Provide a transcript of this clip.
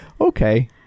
Okay